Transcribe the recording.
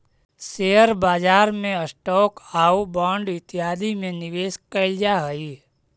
share बाजार में stock आउ बांड इत्यादि में निवेश कैल जा हई